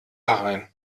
herein